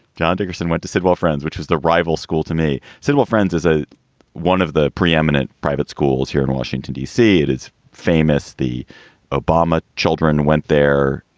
john dickerson went to sidwell friends, which was the rival school to me. sidwell friends is a one of the preeminent private schools here in washington, d c. it is famous. the obama children went there.